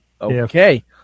Okay